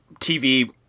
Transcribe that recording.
TV